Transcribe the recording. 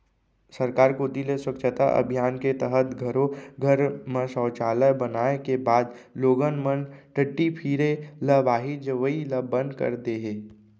सरकार कोती ले स्वच्छता अभियान के तहत घरो घर म सौचालय बनाए के बाद लोगन मन टट्टी फिरे ल बाहिर जवई ल बंद कर दे हें